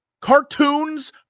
cartoons